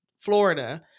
Florida